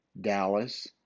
Dallas